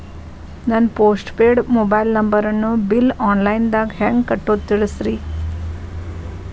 ನನ್ನ postpaid mobile ನಂಬರನ್ನು bill online ದಾಗ ಹೆಂಗ್ ಕಟ್ಟೋದು ತಿಳಿಸ್ರಿ